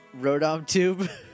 RodomTube